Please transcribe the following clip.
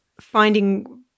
finding